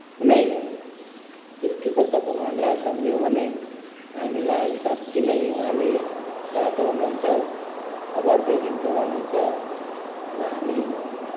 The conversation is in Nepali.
उनै सृष्टिकर्ता भगवान्लाई सम्झियौँ भने हामीलाई साँच्ची नै उहाँले सहायता गर्नुहुन्छ अभरदेखि जोगाउनु हुन्छ र हामी